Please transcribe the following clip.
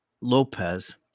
lopez